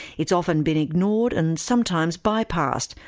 it's often been ignored and sometimes bypassed,